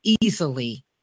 easily